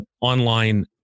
online